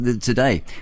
today